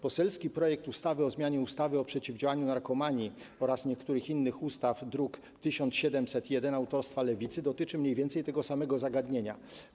Poselski projekt ustawy o zmianie ustawy o przeciwdziałaniu narkomanii oraz niektórych innych ustaw, druk nr 1701, autorstwa Lewicy, dotyczy mniej więcej tego samego zagadnienia.